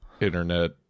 internet